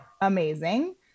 amazing